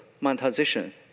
monetization